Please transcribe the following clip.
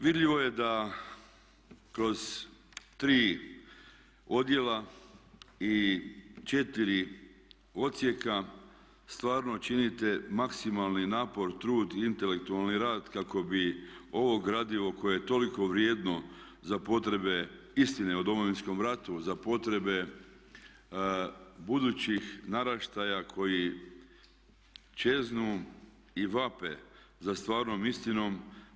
Vidljivo je da kroz tri odjela i četiri odsjeka stvarno činite maksimalni napor, trud, intelektualni rad kako bi ovo gradivo koje je toliko vrijedno za potrebe istine o Domovinskom ratu, za potrebe budućih naraštaja koji čeznu i vape za stvarnom istinom.